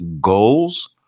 goals